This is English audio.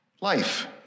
Life